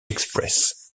express